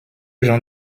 genre